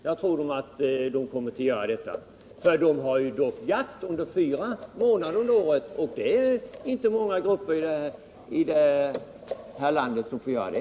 Man kan dock bedriva jakt på sjöfågel under fyra månader på året, och det är inte många grupper här i landet som kan göra det.